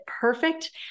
perfect